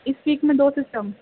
اس week میں دو system